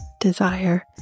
desire